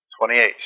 28